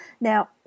Now